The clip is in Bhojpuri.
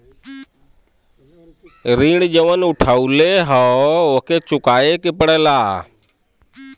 ऋण जउन उठउले हौ ओके चुकाए के पड़ेला